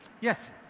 Yes